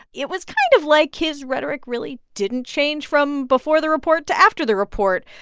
it was kind of like his rhetoric really didn't change from before the report to after the report.